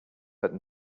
but